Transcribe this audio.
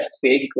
fake